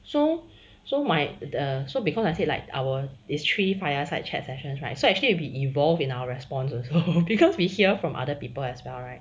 so so my err so because I said like our is three fireside chat sessions right so actually we will be evolved in our response also because we hear from other people as well right